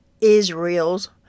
Israel's